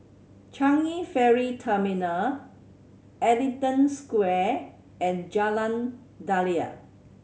Changi Ferry Terminal Ellington Square and Jalan Daliah